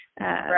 Right